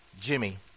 Jimmy